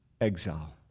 Exile